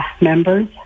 members